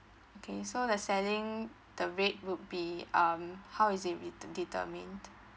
okay so the selling the rate would be um how is it be determined